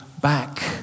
back